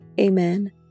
Amen